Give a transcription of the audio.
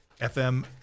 FM